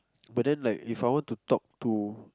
but then like If I want to talk to